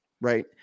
Right